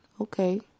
okay